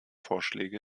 vorschläge